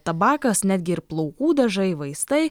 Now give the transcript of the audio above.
tabakas netgi ir plaukų dažai vaistai